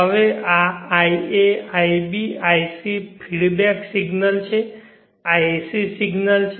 હવે આ ia ib ic feedback signals છે આ AC સિગ્નલ્સ છે